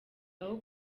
aho